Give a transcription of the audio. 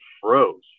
froze